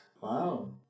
Wow